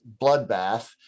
bloodbath